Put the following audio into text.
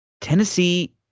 Tennessee